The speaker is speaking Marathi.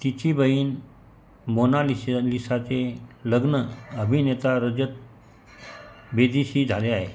तिची बहीण मोनालिशा लिसाचे लग्न अभिनेता रजत बेदीशी झाले आहे